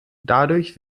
dadurch